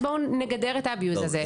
בואו נגדר את הניצול הזה,